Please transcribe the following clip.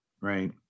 Right